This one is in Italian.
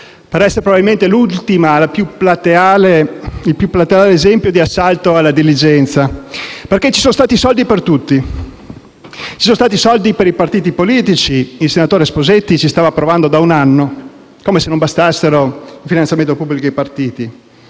per essere probabilmente l'ultimo e più plateale esempio di assalto alla diligenza. Ci sono stati infatti soldi per tutti. Ci sono stati soldi per i partiti politici; il senatore Sposetti ci stava provando da un anno, come se non bastasse il finanziamento pubblico ai partiti,